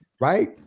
right